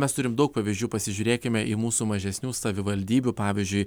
mes turim daug pavyzdžių pasižiūrėkime į mūsų mažesnių savivaldybių pavyzdžiui